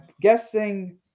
guessing